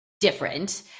different